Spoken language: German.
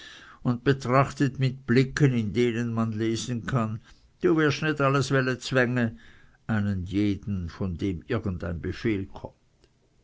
und betrachtet mit blicken in denen man lesen kann du wirsch nit alles welle zwänge einen jeden von dem irgend ein befehl kommt